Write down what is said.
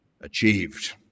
achieved